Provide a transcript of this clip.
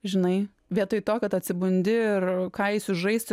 žinai vietoj to kad atsibundi ir ką eisiu žaisti